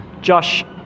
Josh